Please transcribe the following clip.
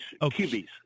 QBs